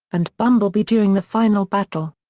and bumblebee during the final battle.